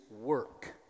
work